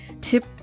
tip